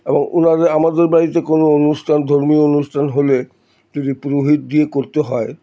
এবং ওনারা আমাদের বাড়িতে কোনো অনুষ্ঠান ধর্মীয় অনুষ্ঠান হলে যদি পুরোহিত দিয়ে করতে হয়